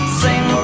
sing